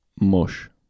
mush